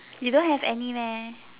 you don't have any meh